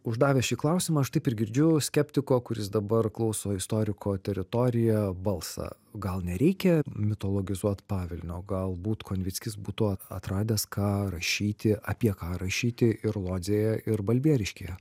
uždavęs šį klausimą aš taip ir girdžiu skeptiko kuris dabar klauso istoriko teritoriją balsą gal nereikia mitologizuot pavilnio galbūt konvickis būtų atradęs ką rašyti apie ką rašyti ir lodzėje ir balbieriškyje